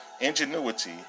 ingenuity